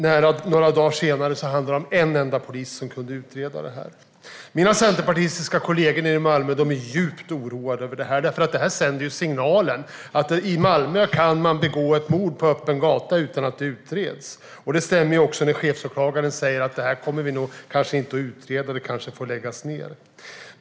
Några dagar senare kunde endast en polis utreda det här. Mina centerpartistiska kollegor nere i Malmö är djupt oroade. Det här sänder en signal om att i Malmö kan man begå mord på öppen gata utan att det utreds. På samma sätt blir det när chefsåklagaren säger att man kanske inte kommer att utreda fallet utan måste kanske lägga ned det.